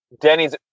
denny's